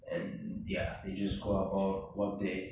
and ya they just go about what they